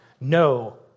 No